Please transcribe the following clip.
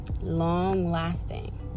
Long-lasting